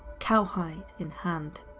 cowhide in hand.